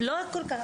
לא כל כך.